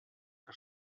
que